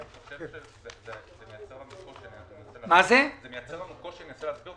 אני חושב שזה מייצר לנו קושי ואני אנסה להסביר אותו,